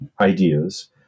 ideas